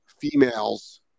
females